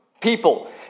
people